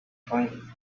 train